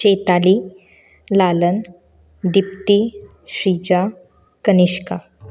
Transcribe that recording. चेताली लालन दिप्ती श्रीचा कनिश्का